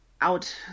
out